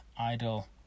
idle